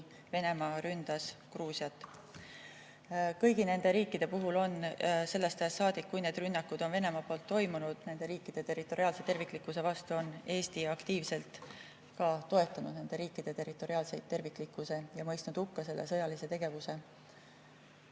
Venemaa ründas Gruusiat. Kõigi nende riikide puhul on sellest ajast saadik, kui need rünnakud on Venemaa poolt toimunud nende riikide territoriaalse terviklikkuse vastu, Eesti aktiivselt toetanud nende riikide territoriaalset terviklikkust ja mõistnud hukka selle sõjalise tegevuse. Mis